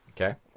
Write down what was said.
okay